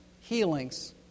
healings